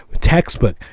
Textbook